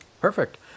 Perfect